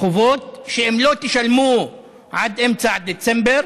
החובות: אם לא תשלמו עד אמצע דצמבר